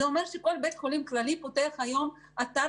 זה אומר שכל בית חולים כללי פותח היום אתר